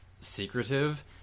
secretive